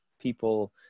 people